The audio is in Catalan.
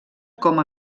com